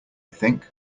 think